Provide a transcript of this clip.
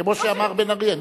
כמו שאמר בן-ארי.